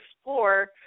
explore